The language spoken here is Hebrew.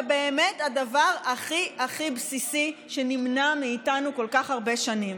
זה באמת הדבר הכי הכי בסיסי שנמנע מאיתנו כל כך הרבה שנים.